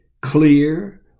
clear